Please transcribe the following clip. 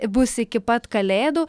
bus iki pat kalėdų